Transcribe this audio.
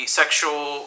sexual